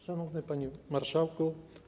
Szanowny Panie Marszałku!